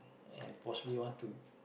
and possibly want to